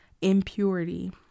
impurity